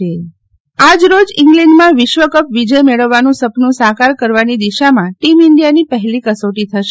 નેહલ ઠક્કર વિશ્વકપ આજરોજ ઈંગ્લેન્ડમાં વિશ્વકપ વિજય મેળવવાનું સપનું સાકાર કરવાની દિશામાં ટીમ ઈન્ડિયાની પહેલી કસોટી થશે